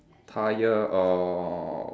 tyre uh